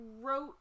wrote